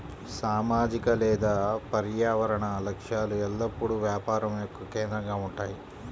సామాజిక లేదా పర్యావరణ లక్ష్యాలు ఎల్లప్పుడూ వ్యాపారం యొక్క కేంద్రంగా ఉంటాయి